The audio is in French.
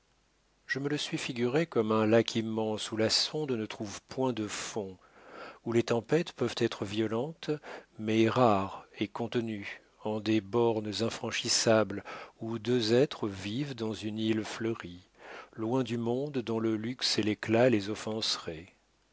je me le suis figuré comme un lac immense où la sonde ne trouve point de fond où les tempêtes peuvent être violentes mais rares et contenues en des bornes infranchissables où deux êtres vivent dans une île fleurie loin du monde dont le luxe et l'éclat les offenseraient